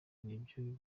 nibyo